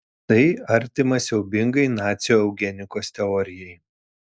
tai artima siaubingai nacių eugenikos teorijai